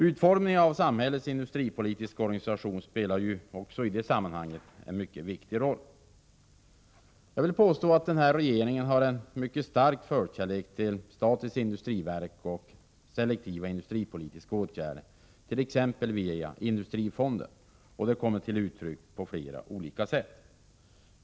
Utformningen av samhällets industripolitiska organisation spelar ju också i det sammanhanget en mycket viktig roll. Jag vill påstå att den här regeringen har en mycket stark förkärlek för statens industriverk och för selektiva industripolitiska åtgärder, t.ex. via Industrifonden. Det kommer till uttryck på flera olika sätt.